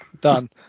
Done